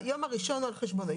היום הראשון הוא על חשבונו.